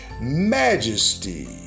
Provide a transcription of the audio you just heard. majesty